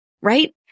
right